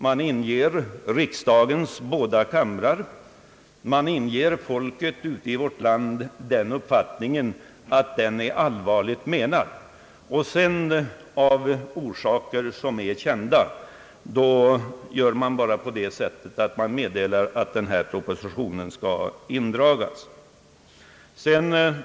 Man inger riksdagens båda kamrar och folket ute i landet den uppfattningen att propositionen är allvarligt menad, och sedan — av orsaker som är kända — meddelar man bara att propositionen skall återkallas.